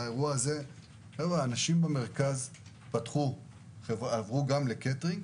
אנשים במרכז עברו לקייטרינג